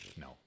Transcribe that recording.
no